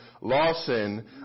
Lawson